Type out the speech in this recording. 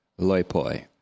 loipoi